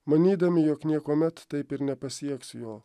manydami jog niekuomet taip ir nepasieks jo